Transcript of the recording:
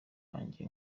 wanjye